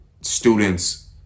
students